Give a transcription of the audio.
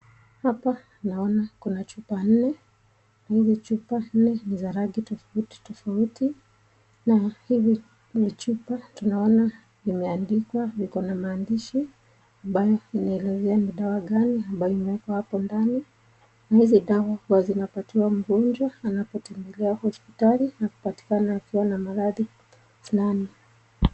Hapa naona kuna chupa nne. Na hizi chupa nne ni za rangi tofauti tofauti. Na hizi chupa tunaona zimeandikwa ziko na maandishi ambayo inaelezea ni dawa gani ambayo imewekwa hapo ndani. Na hizi dawa huwa zinapatiwa mgonjwa anapotembelea hospitali na kupatikana na maradhi fulani.